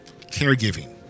Caregiving